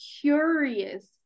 curious